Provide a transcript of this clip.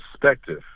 perspective